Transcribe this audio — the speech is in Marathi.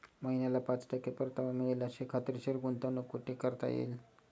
महिन्याला पाच टक्के परतावा मिळेल अशी खात्रीशीर गुंतवणूक कुठे करता येईल?